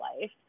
life